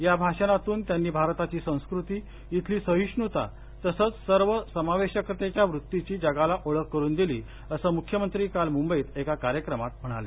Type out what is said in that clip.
या भाषणातून त्यांनी भारताची संस्कृती इथली सहिष्णृता तसेच सर्वसमावेशकतेच्या वृत्तीची जगाला ओळख करून दिली असं मुख्यमंत्री काल मुंबईत एका कार्यक्रमात म्हणाले